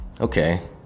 okay